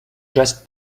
dressed